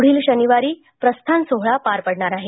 पुढील शनिवारी प्रस्थान सोहोळा पार पडणार आहे